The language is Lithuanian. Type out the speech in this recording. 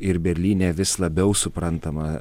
ir berlyne vis labiau suprantama